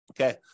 Okay